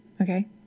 Okay